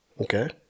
okay